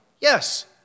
Yes